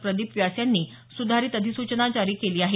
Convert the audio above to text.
प्रदीप व्यास यांनी सुधारित अधिसुचना जारी केली आहे